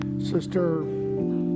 Sister